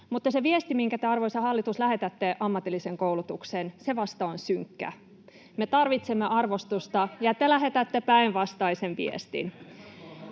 Mutta se viesti, minkä te, arvoisa hallitus, lähetätte ammatilliseen koulutukseen, vasta on synkkä. He tarvitsevat arvostusta, ja te lähetätte päinvastaisen viestin.